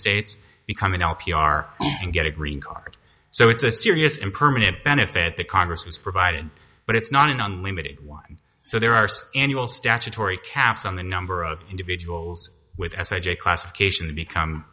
states becoming l p r and get a green card so it's a serious and permanent benefit the congress has provided but it's not an unlimited one so there are some annual statutory caps on the number of individuals with s i j classification become